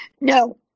No